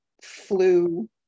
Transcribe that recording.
flu